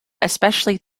especially